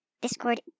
Discord